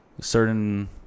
certain